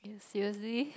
seriously